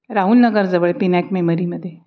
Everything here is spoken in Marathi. राहुलनगर जवळ पिनॅक मेमरीमध्ये